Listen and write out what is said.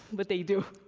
but they do.